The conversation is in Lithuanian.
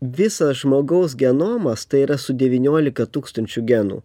visas žmogaus genomas tai yra su devyniolika tūkstančių genų